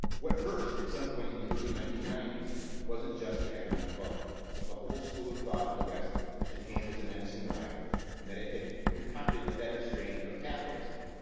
what burst at some point in the early nineteen ninety s wasn't just the economic bubble but the whole school of thought in the west that japan was a menacing rival and that it had concocted a better strain of capitalism,